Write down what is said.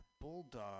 Bulldog